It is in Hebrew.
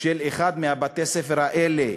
של אחד מבתי-הספר האלה,